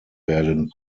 werden